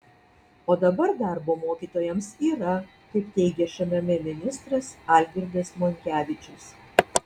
o dabar darbo mokytojams yra kaip teigia šmm ministras algirdas monkevičius